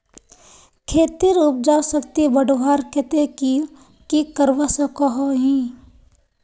खेतेर उपजाऊ शक्ति बढ़वार केते की की करवा सकोहो ही?